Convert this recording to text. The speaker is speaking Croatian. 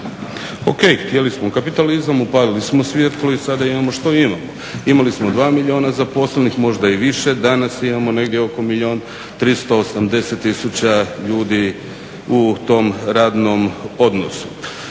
Ok, htjeli smo kapitalizam, upalili smo svjetlo i sada imamo što imamo. Imali smo dva milijuna zaposlenih, možda i više, danas imamo negdje oko milijun 380 tisuća ljudi u tom radnom odnosu.